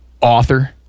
author